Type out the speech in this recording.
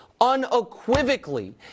unequivocally